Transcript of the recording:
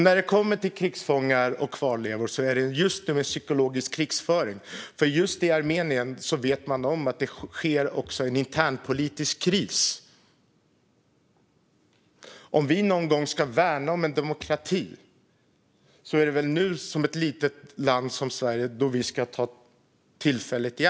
När det kommer till krigsfångar och kvarlevor handlar det om psykologisk krigsföring. Just i Armenien vet man om att det också är en internpolitisk kris. Om det är någon gång ett litet land som Sverige ska ta tillfället i akt att värna om en demokrati är det väl nu.